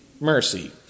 mercy